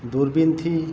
દૂરબીનથી